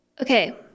Okay